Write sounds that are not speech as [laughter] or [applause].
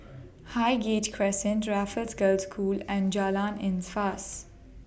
Highgate Crescent Raffles Girls' School and Jalan [unintelligible]